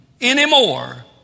anymore